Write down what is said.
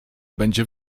będzie